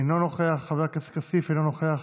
אינו נוכח,